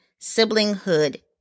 siblinghood